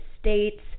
states